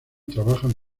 trabajan